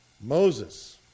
Moses